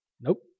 Nope